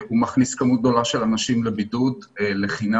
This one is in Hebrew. הוא מכניס כמות גדולה של אנשים לבידוד לחינם.